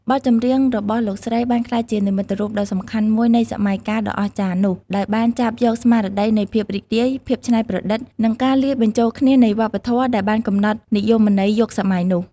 បទចម្រៀងរបស់លោកស្រីបានក្លាយជានិមិត្តរូបដ៏សំខាន់មួយនៃសម័យកាលដ៏អស្ចារ្យនោះ ដោយបានចាប់យកស្មារតីនៃភាពរីករាយ ភាពច្នៃប្រឌិត និងការលាយបញ្ចូលគ្នានៃវប្បធម៌ ដែលបានកំណត់និយមន័យយុគសម័យនោះ។